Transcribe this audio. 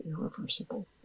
irreversible